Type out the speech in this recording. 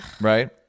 right